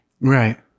Right